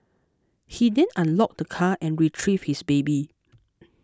he then unlocked the car and retrieved his baby